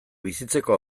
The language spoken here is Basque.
bizitzeko